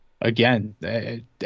again